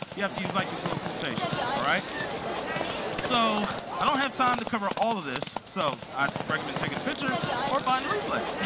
you have to use like these little quotations. so i don't have time to cover all of this, so i recommend taking a picture or buying the replay.